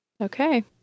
Okay